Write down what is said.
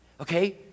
Okay